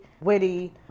witty